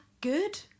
good